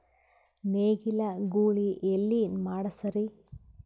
ನೇಗಿಲ ಗೂಳಿ ಎಲ್ಲಿ ಮಾಡಸೀರಿ?